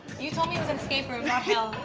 an escape room not hell!